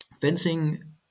Fencing